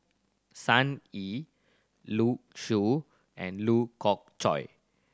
Sun Yee Liu Shu and Lee Khoon Choy